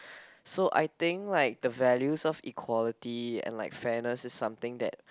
so I think like the values of equality and like fairness is something that